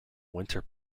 winter